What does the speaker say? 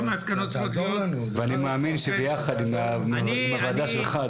ואני מאמין שביחד עם הוועדה שלך,